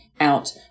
out